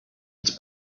its